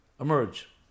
emerge